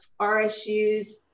RSUs